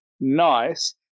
nice